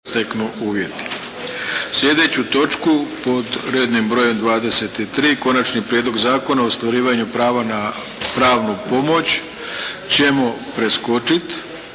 Sljedeću točku pod rednim brojem 23. Konačni prijedlog zakon o ostvarivanju prava na pravnu pomoć ćemo preskočiti